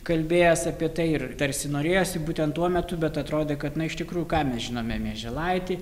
kalbėjęs apie tai ir tarsi norėjosi būtent tuo metu bet atrodė kad na iš tikrųjų ką mes žinome mieželaitį